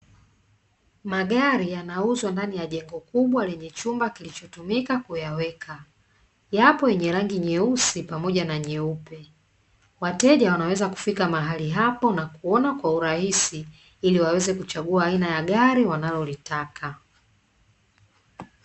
Magari yanauzwa ndani ya jengo kubwa lenye chumba kilichotumika kuyaweka, yapo yenye rangi nyeusi pamoja na nyeupe. Wateja wanaweza kufika mahali hapo na kuona kwa urahisi ili waweze kuchagua aina ya gari wanalolitaka.